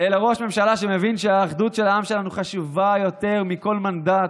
ראש ממשלה שמבין שהאחדות של העם שלנו חשובה יותר מכל מנדט,